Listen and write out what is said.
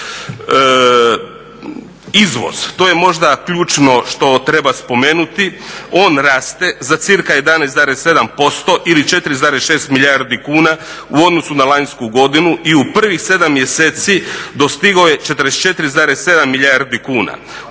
Izvoz, to je možda ključno što treba spomenuti, on raste za cca 11,7% ili 4,6 milijardi kuna u odnosu na lanjsku godinu i u prvih 7 mjeseci dostigao je 44,7 milijardi kuna.